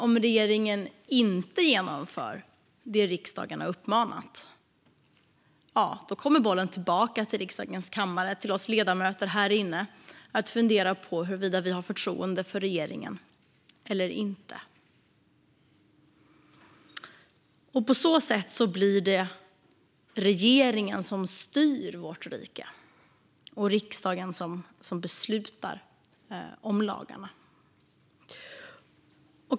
Om regeringen inte genomför det som riksdagen har uppmanat till kommer ytterst bollen tillbaka till riksdagens kammare och oss ledamöter här inne att fundera på huruvida vi har förtroende för regeringen eller inte. På så sätt blir det regeringen som styr vårt rike och riksdagen som beslutar om lagarna.